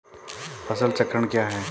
फसल चक्रण क्या है?